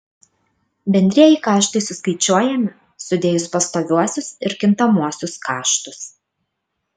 bendrieji kaštai suskaičiuojami sudėjus pastoviuosius ir kintamuosius kaštus